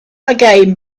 again